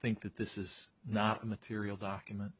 think that this is not a material document